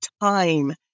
time